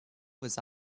was